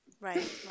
Right